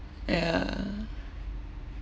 ya